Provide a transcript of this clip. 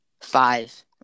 five